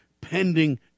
pending